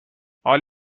حال